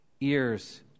ears